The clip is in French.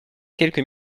quelques